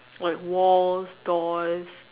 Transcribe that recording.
like walls doors